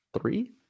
three